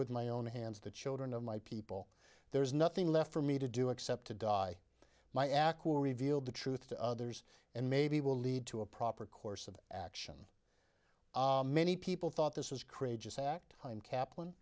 with my own hands the children of my people there is nothing left for me to do except to die my act will reveal the truth to others and maybe will lead to a proper course of action many people thought this was create just act and kaplan